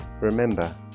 Remember